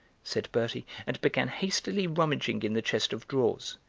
said bertie, and began hastily rummaging in the chest of drawers.